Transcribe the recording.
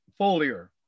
foliar